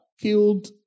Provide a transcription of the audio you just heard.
killed